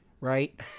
right